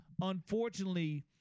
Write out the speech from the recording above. unfortunately